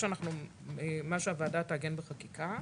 מה שהוועדה תעגן בחקיקה,